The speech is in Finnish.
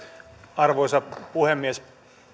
arvoisa puhemies